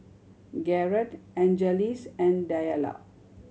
Garret Angeles and Diallo